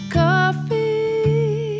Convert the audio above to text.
coffee